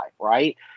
right